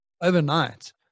overnight